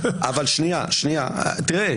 אז אי-אפשר ------ תראה,